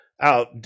out